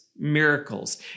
miracles